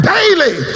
Daily